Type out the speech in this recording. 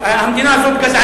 המדינה הזאת גזענית.